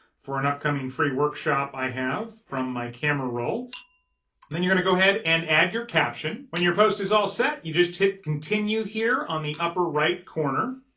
for an upcoming free workshop i have from my camera roll, and then you're gonna go ahead and add your caption, when your post is all set, you just hit continue here on the upper right corner.